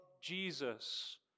Jesus